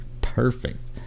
perfect